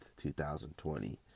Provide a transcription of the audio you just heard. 2020